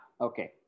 okay